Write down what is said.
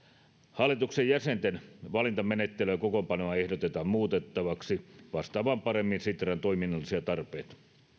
hallituksen jäsenten valintamenettelyä ja kokoonpanoa ehdotetaan muutettavaksi vastaamaan paremmin sitran toiminnallisia tarpeita